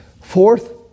Fourth